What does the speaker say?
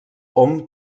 hom